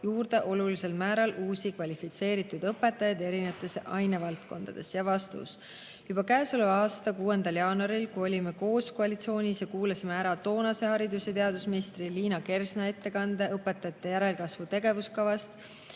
juurde olulisel määral uusi kvalifitseeritud õpetajaid erinevates ainevaldkondades?" Vastus. Juba käesoleva aasta 6. jaanuaril, kui olime koos koalitsioonis ja kuulasime ära toonase haridus- ja teadusministri Liina Kersna ettekande õpetajate järelkasvu tegevuskavast,